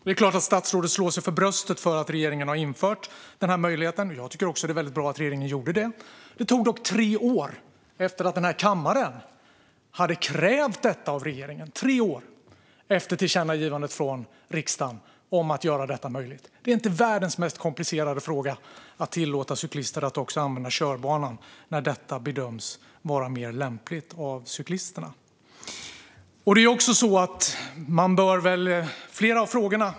Det är klart att statsrådet slår sig för bröstet för att regeringen har infört denna möjlighet. Jag tycker också att det är väldigt bra att regeringen gjorde det. Det tog dock tre år efter att denna kammare hade krävt detta av regeringen, efter tillkännagivandet från riksdagen om att göra detta möjligt. Det är inte världens mest komplicerade fråga att tillåta cyklister att också använda körbanan när detta bedöms vara mer lämpligt av cyklisterna. Statsrådet svarar på flera av frågorna.